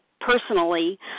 personally